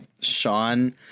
Sean